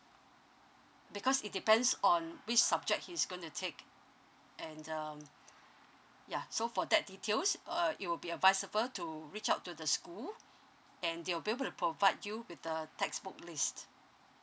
because it depends on which subject he's gonna take and um yeah so for that details uh it will be advisable to reach out to the school and they will be able to provide you with a textbook list